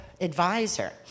advisor